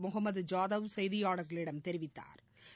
முகமது ஜாதவ் செய்தியாளா்களிடம் தெரிவித்தாா்